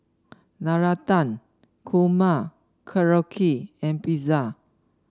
Navratan Korma Korokke and Pizza